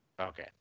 Okay